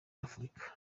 afurika